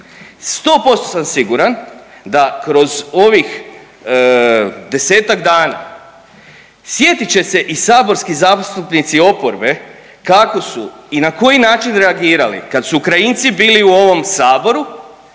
100% sam siguran da kroz ovih 10-tak dana sjetit će se i saborski zastupnici oporbe kako su i na koji način reagirali kad su Ukrajinci bili u ovom saboru,